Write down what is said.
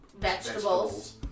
vegetables